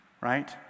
right